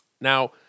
Now